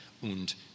Und